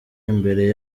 imbere